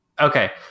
okay